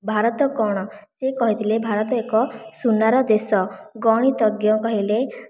ଭାରତ କଣ ସେ କହିଥିଲେ ଭାରତ ଏକ ସୁନାର ଦେଶ ଗଣିତଙ୍ଗ କହିଲେ